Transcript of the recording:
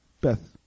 Beth